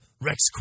Rex